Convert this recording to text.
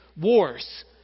wars